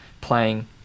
playing